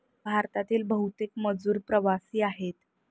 भारतातील बहुतेक मजूर प्रवासी आहेत